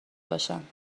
باشم